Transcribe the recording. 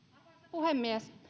puhemies